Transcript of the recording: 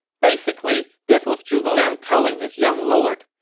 basically, this was zhuge liang telling his young lord,